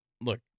Look